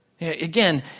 Again